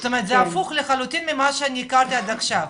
זאת אומרת זה הפוך לחלוטין למה שאני הכרתי עד עכשיו.